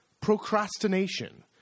Procrastination